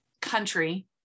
country